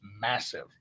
massive